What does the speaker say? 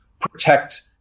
protect